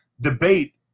debate